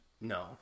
No